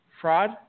Fraud